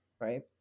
right